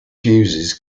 fuses